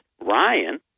Ryan